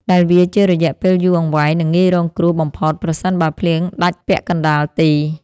ដែលវាជារយៈពេលយូរអង្វែង និងងាយរងគ្រោះបំផុតប្រសិនបើភ្លៀងដាច់ពាក់កណ្ដាលទី។